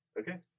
Okay